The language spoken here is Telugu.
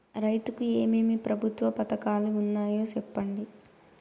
రైతుకు ఏమేమి ప్రభుత్వ పథకాలు ఉన్నాయో సెప్పండి?